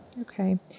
Okay